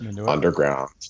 underground